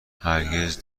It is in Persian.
هرگز